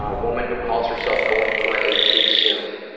ah woman who calls herself going gray too soon.